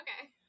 Okay